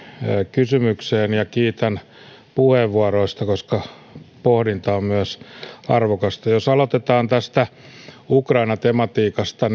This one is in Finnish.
kysymykseen ja kiitän puheenvuoroista koska pohdinta on myös arvokasta jos aloitetaan tästä ukraina tematiikasta